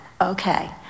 Okay